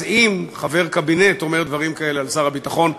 אז אם חבר קבינט אומר דברים כאלה על שר הביטחון,